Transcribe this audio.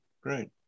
Great